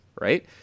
right